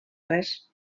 res